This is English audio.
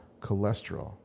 cholesterol